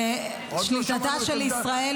חבר הכנסת סימון, שמענו.